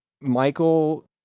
Michael